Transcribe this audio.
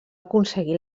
aconseguir